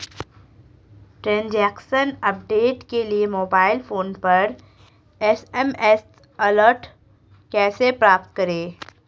Transaction update के लिए mobile phone पर एस.एम.एस अलर्ट कैसे प्राप्त करें?